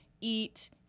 eat